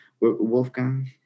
Wolfgang